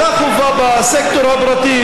אותה חובה בסקטור הפרטי,